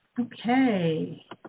Okay